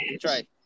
Try